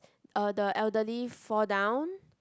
uh the elderly fall down